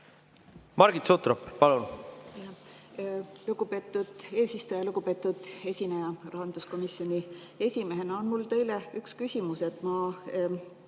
Margit Sutrop, palun! Lugupeetud eesistuja! Lugupeetud esineja rahanduskomisjoni esimehena, mul on teile üks küsimus. Ma